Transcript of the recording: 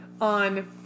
on